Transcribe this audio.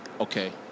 okay